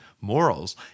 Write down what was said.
morals